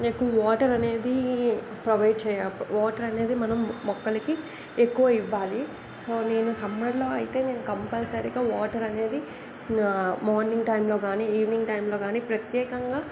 ఎక్కువ వాటర్ అనేది ప్రొవైడ్ చెయ్య వాటర్ అనేది మనం మొక్కలకి ఎక్కువ ఇవ్వాలి సో నేను సమ్మర్లో అయితే నేను కంపల్సరీగా వాటర్ అనేది మార్నింగ్ టైంలో కానీ ఈవినింగ్ టైంలో కానీ ప్రత్యేకంగా